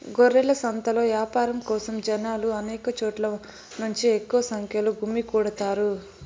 గొర్రెల సంతలో యాపారం కోసం జనాలు అనేక చోట్ల నుంచి ఎక్కువ సంఖ్యలో గుమ్మికూడతారు